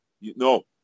No